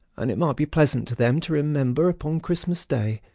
and it might be pleasant to them to remember upon christmas day,